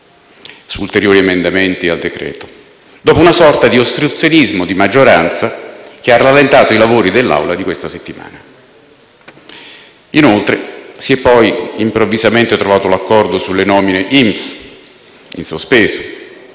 su ulteriori emendamenti al decreto-legge, dopo una sorta di ostruzionismo di maggioranza, che ha rallentato i lavori dell'Assemblea della settimana appena trascorsa. Inoltre, si è poi improvvisamente trovato l'accordo sulle nomine INPS, in sospeso,